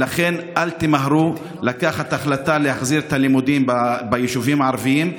ולכן אל תמהרו לקבל החלטה להחזיר את הלימודים ביישובים הערביים.